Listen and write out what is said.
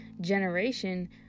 generation